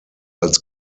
als